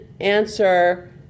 answer